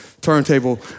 turntable